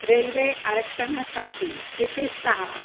railway आरक्षणासाठी विशेषत